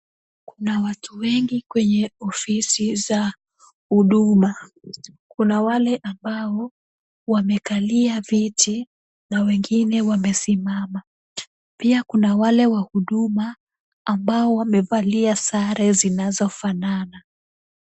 Kuna watu wengi kwenye ofisi za Huduma, kuna wale ambao wamekalia viti na wengine wamesimama, pia kuna wale wa Huduma ambao wamevalia sare zinazofanana.